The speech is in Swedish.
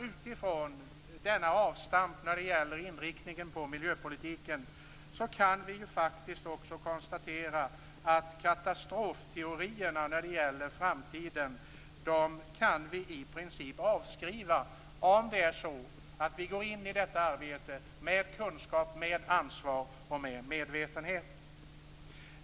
Utifrån detta avstamp när det gäller inriktningen på miljöpolitiken kan vi i princip avskriva katastrofteorierna inför framtiden, om vi går in i detta arbete med kunskap, med ansvar och med medvetenhet.